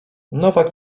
nowak